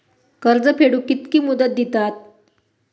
कर्ज फेडूक कित्की मुदत दितात?